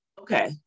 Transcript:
Okay